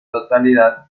totalidad